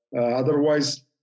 Otherwise